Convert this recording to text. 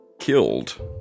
Killed